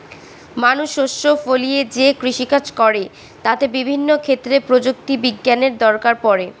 মানুষ শস্য ফলিয়ে যে কৃষিকাজ করে তাতে বিভিন্ন ক্ষেত্রে প্রযুক্তি বিজ্ঞানের দরকার পড়ে